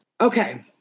okay